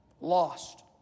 lost